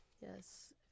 Yes